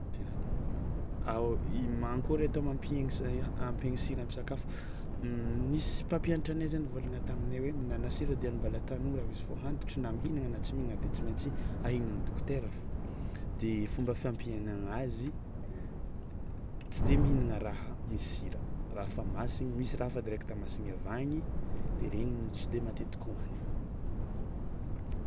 I mankôry atao mampihegny s- ampihegny sira am'sakafo nisy mpampianatranay zany nivôlagna taminay hoe mihinana sira dieny mbola tanory hozy fao antitry na mihinagna na tsy mihinagna de tsy maintsy ahegnan'ny dokotera fao de fomba fampihenagna azy tsy de mihinagna raha misy sira, raha fa masigny misy raha fa direkta masigna avy agny de regny no tsy de matetiky hohanina.